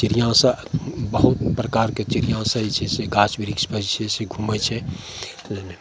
चिड़िआँसब बहुत प्रकारके चिड़िआँसब जे छै से गाछ बिरिछपर जे छै से घुमै छै मने